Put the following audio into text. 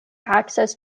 access